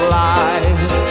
lies